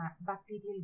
bacterial